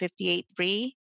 58.3